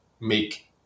make